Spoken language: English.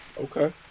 okay